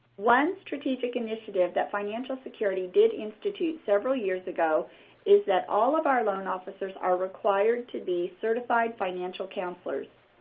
one strategic initiative that financial security did institute several years ago is that all of our loan officers are required to be certified financial counselors.